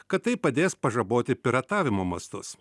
kad tai padės pažaboti piratavimo mastus